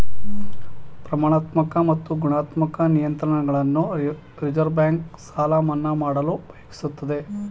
ಪ್ರಮಾಣಾತ್ಮಕ ಮತ್ತು ಗುಣಾತ್ಮಕ ನಿಯಂತ್ರಣಗಳನ್ನು ರಿವರ್ಸ್ ಬ್ಯಾಂಕ್ ಸಾಲ ಮನ್ನಾ ಮಾಡಲು ಉಪಯೋಗಿಸುತ್ತದೆ